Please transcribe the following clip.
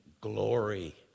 glory